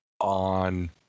on